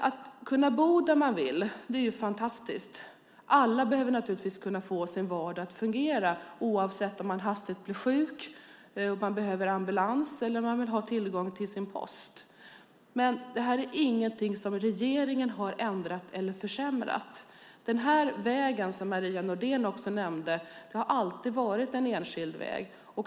Att kunna bo där man vill är fantastiskt. Alla behöver naturligtvis kunna få sin vardag att fungera, oavsett om man hastigt blir sjuk och behöver ambulans eller om man vill ha tillgång till sin post. Men det här är ingenting som regeringen har ändrat eller försämrat. Den här vägen, som Maria Nordén också nämnde, har alltid varit en enskild väg.